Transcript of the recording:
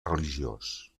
religiós